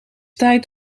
tijd